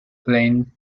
plain